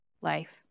life